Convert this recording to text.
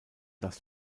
das